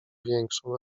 większą